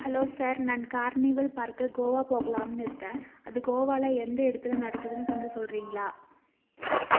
hello sir நான் carnival பார்க்க கோவா போகலாம்னு இருக்கேன் அது கோவாவில எந்த இடத்துல நடக்குதுனு கொஞ்சம் சொல்கிறீங்களா